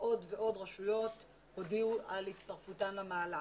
עוד ועוד רשויות הודיעו על הצטרפותן למהלך.